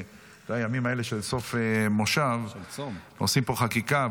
שבימים האלה של סוף מושב עושים פה חקיקה -- של צום.